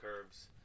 curves